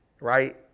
right